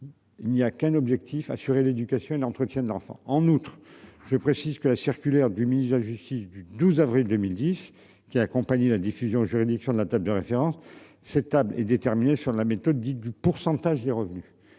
Il n'y a qu'un objectif, assurer l'éducation et l'entretien de l'enfant. En outre, je précise que la circulaire du ministre de la Justice du 12 avril 2010 qui accompagnaient la diffusion juridiction de la de référence. Cette table et déterminé sur la méthode dite du pourcentage des revenus